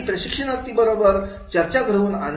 यांची प्रशिक्षणार्थी बरोबर चर्चा घडवून आणणे